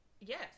yes